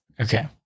Okay